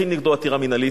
מכין נגדו עתירה מינהלית,